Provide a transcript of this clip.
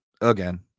again